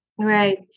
Right